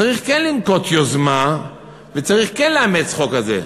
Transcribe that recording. צריך כן לנקוט יוזמה וצריך כן לאמץ חוק כזה.